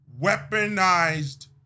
weaponized